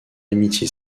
amitié